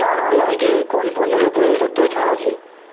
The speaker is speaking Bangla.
টার্ন অরগ্যানিকের কোন পণ্যের ওপর এই সপ্তাহে ছাড় আছে